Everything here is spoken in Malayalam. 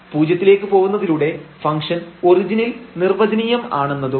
പൂജ്യത്തിലേക്ക് പോവുന്നതിലൂടെ ഫംഗ്ഷൻഒറിജിനിൽ നിർവചനീയം ആണെന്നതും